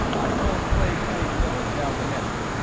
i told clay to take miller down to medic.